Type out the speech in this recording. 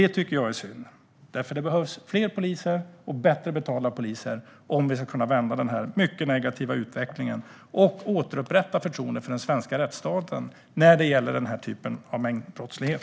Det tycker jag är synd, för det behövs fler poliser och bättre betalda poliser om vi ska kunna vända den mycket negativa utvecklingen och återupprätta förtroendet för den svenska rättsstaten när det gäller den här typen av mängdbrottslighet.